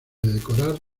decorar